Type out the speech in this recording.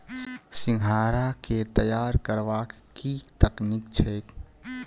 सिंघाड़ा केँ तैयार करबाक की तकनीक छैक?